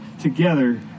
together